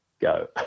go